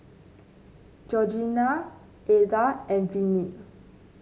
Georgeanna Ednah and Viney